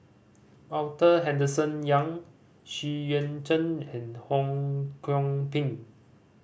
Arthur Henderson Young Xu Yuan Zhen and Ho Kwon Ping